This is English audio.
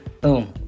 boom